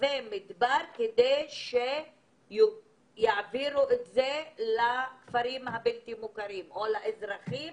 ולנווה מדבר כדי שהם יעבירו לכפרים הבלתי מוכרים או לאזרחים